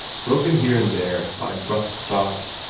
broken here and there by abrupt stops.